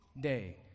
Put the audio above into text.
day